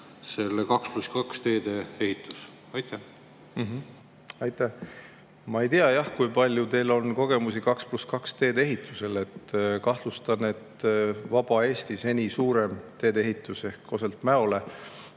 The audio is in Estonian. poolt 2 + 2 teede ehitus. Aitäh! Ma ei tea, kui palju teil on kogemusi 2 + 2 teede ehitusel. Kahtlustan, et vaba Eesti seni suurim teedeehitus ehk Koselt Mäole